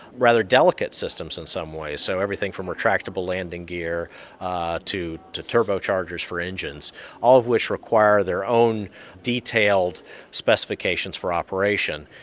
rather delicate systems in some way so everything from retractable landing gear ah to to turbochargers for engines, all of which require their own detailed specifications for operation.